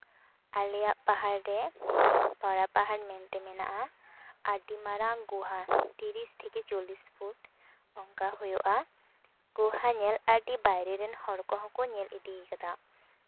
ᱟᱞᱮᱭᱟᱜ ᱯᱟᱦᱟᱲᱨᱮ ᱵᱚᱲᱚ ᱯᱟᱦᱟᱲ ᱢᱮᱱᱛᱮ ᱢᱮᱱᱟᱜᱼᱟ ᱟᱹᱰᱤ ᱢᱟᱨᱟᱝ ᱜᱩᱦᱟ ᱛᱤᱨᱤᱥ ᱛᱷᱮᱠᱮ ᱪᱚᱞᱞᱤᱥ ᱯᱷᱩᱴ ᱚᱱᱠᱟ ᱦᱩᱭᱩᱜᱼᱟ ᱜᱩᱦᱟ ᱧᱮᱞ ᱟᱹᱰᱤ ᱵᱟᱭᱨᱮ ᱨᱮᱱ ᱦᱚᱲ ᱠᱚᱦᱚᱸ ᱠᱚ ᱧᱮᱞ ᱤᱫᱤᱭ ᱠᱟᱫᱟ